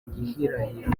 gihirahiro